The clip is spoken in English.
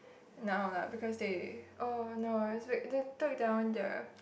now lah because they oh no it's we they took down the